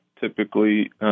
typically –